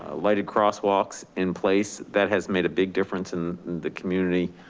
lighted crosswalks in place that has made a big difference in the community.